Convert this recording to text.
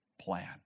plan